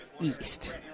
East